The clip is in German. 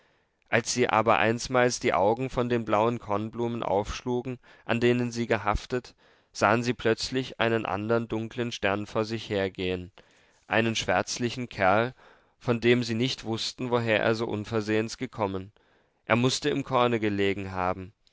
als sie aber einsmals die augen von den blauen kornblumen aufschlugen an denen sie gehaftet sahen sie plötzlich einen andern dunkeln stern vor sich hergehen einen schwärzlichen kerl von dem sie nicht wußten woher er so unversehens gekommen er mußte im korne gelegen haben